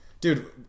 dude